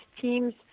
teams